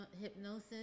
hypnosis